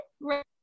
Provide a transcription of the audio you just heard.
right